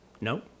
No